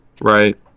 Right